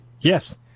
yes